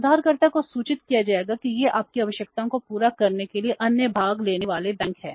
उधारकर्ता को सूचित किया जाएगा कि ये आपकी आवश्यकताओं को पूरा करने के लिए अन्य भाग लेने वाले बैंक हैं